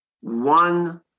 One